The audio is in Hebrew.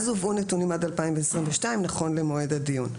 אז הובאו נתונים עד 2022 נכון למועד הדיון,